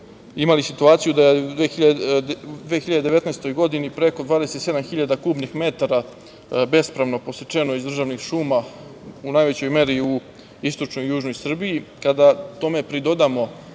imali situaciju da u 2019. godini, preko 27 hiljada kubnih metara, bespravno posečeno iz državnih šuma, u najvećoj meri u istočnoj i južnoj Srbiji, kada tome pridodamo